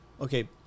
okay